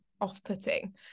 off-putting